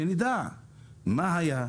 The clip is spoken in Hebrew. שנדע מה היה,